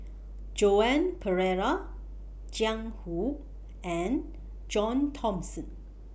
Joan Pereira Jiang Hu and John Thomson